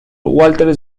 walter